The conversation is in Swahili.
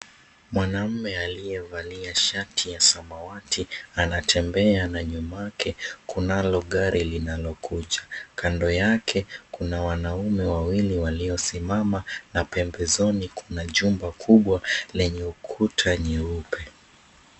Mwanaume aliyevalia shati ya samawati anatembea na nyumake kunalo gari linalokuja, kando yake kuna wanaume wawili waliosimama na pembezoni kuna jumba kubwa lenye kuta nyeupe.